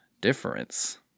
difference